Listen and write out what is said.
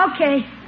Okay